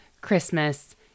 Christmas